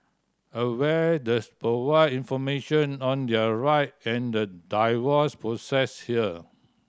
aware does provide information on their right and the divorce process here